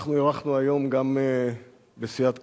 אנחנו אירחנו היום גם בסיעת קדימה,